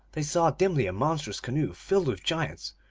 they saw dimly a monstrous canoe filled with giants,